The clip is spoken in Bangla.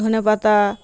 ধনেপাতা